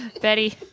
Betty